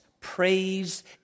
Praise